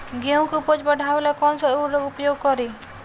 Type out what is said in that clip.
गेहूँ के उपज बढ़ावेला कौन सा उर्वरक उपयोग करीं?